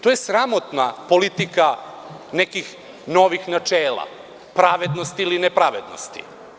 To je sramotna politika nekih novih načela, pravednosti ili ne pravednosti.